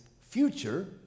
future